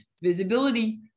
visibility